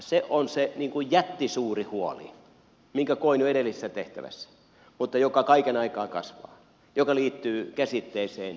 se on se jättisuuri huoli minkä koin jo edellisessä tehtävässä mutta mikä kaiken aikaa kasvaa mikä liittyy käsitteeseen innovaatiovuoto